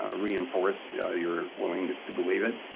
ah reinforce your willingness to believe it?